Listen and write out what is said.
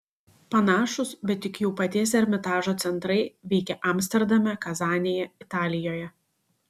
panašūs bet tik jau paties ermitažo centrai veikia amsterdame kazanėje italijoje